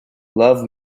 love